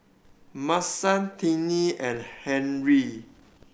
Mason Tinie and Henri